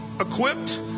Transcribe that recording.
equipped